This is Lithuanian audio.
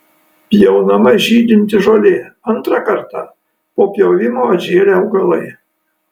pjaunama žydinti žolė antrą kartą po pjovimo atžėlę augalai